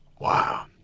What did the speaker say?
Wow